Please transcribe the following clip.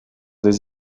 des